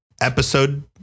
episode